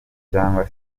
cyangwa